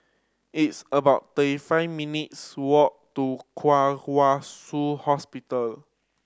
it is about thirty five minutes' walk to Kwong Wai Shiu Hospital